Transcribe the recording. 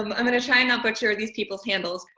um i'm gonna try and not butcher these people's handles.